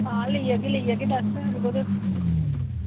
आं लेई जाह्गी लेई जाह्गी रुको तुस